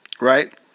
right